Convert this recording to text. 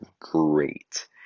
great